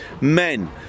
Men